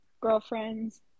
girlfriend's